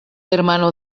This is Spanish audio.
hermano